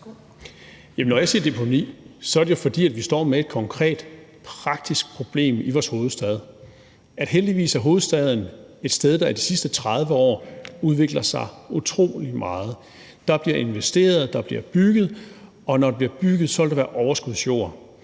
Når jeg taler om deponi, er det jo, fordi vi står med et konkret praktisk problem i vores hovedstad. Heldigvis er hovedstaden et sted, der i de sidste 30 år har udviklet sig utrolig meget. Der bliver investeret, der bliver bygget, og når der bliver bygget, vil der være overskudsjord.